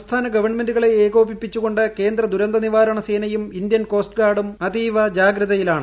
സംസ്ഥാന ഗവൺമൈന്റുകളെ ഏകോപിപ്പിച്ച്കൊണ്ട്കേന്ദ്ര ദുരന്ത നിവാരണസേനയും ഇന്ത്യൻ കോസ്റ്റ്ഗാർഡും അതീവ ജാഗ്രതയിലാണ്